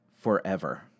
forever